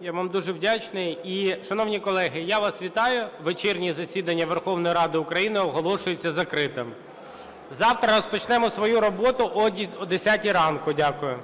Я вам дуже вдячний. І, шановні колеги, я вас вітаю, вечірнє засідання Верховної Ради України оголошується закритим. Завтра розпочнемо свою роботу о 10 ранку. Дякую.